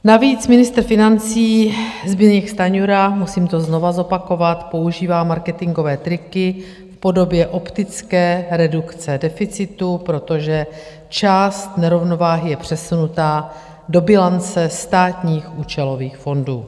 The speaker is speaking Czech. Navíc ministr financí Zdeněk Stanjura, musím to znova zopakovat, používá marketingové triky v podobě optické redukce deficitu, protože část nerovnováhy je přesunuta do bilance státních účelových fondů.